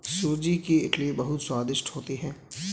सूजी की इडली बहुत स्वादिष्ट होती है